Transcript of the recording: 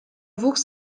wuchs